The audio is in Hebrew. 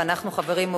חברים,